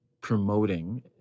promoting